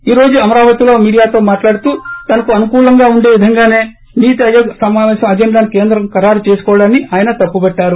ఈ రోజు అమరావతిలో మీడియాతో మాట్లాడుతూ తనకు అనుకూలంగా ఉండే విధంగానే నీతి ఆయోగ్ సమాపేశం అజెండాను కేంద్రం ఖరారు చేసుకోవడాన్ని ఆయన తప్పుపట్లారు